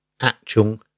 actual